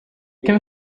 can